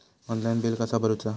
Online bill कसा करुचा?